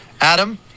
Adam